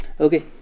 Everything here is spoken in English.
Okay